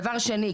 דבר שני,